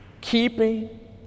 keeping